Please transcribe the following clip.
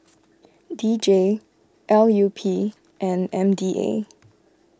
D J L U P and M D A